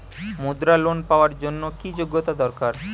মুদ্রা লোন পাওয়ার জন্য কি যোগ্যতা দরকার?